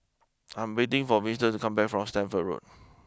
I'm waiting for Winton to come back from Stamford Road